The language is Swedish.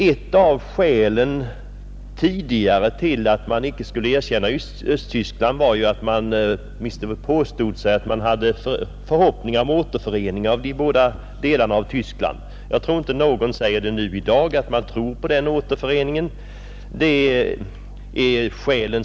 En av de anledningar som tidigare fanns till att inte erkänna Östtyskland var att man åtminstone påstod sig ha förhoppningar om återförening av de båda delarna av Tyskland. Jag tror inte att någon i dag säger sig tro på en sådan återförening inom den närmaste tiden.